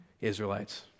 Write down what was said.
Israelites